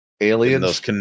aliens